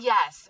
Yes